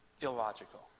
illogical